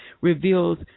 reveals